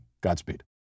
Godspeed